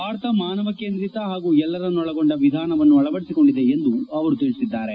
ಭಾರತ ಮಾನವ ಕೇಂದ್ರಿತ ಹಾಗೂ ಎಲ್ಲರನ್ನೊಳಗೊಂಡ ವಿಧಾನವನ್ನು ಅಳವಡಿಸಿಕೊಂಡಿದೆ ಎಂದು ಹೇಳದ್ದಾರೆ